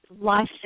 life